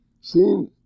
seen